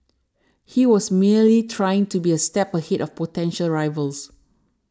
he was merely trying to be a step ahead of potential rivals